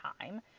time